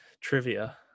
Trivia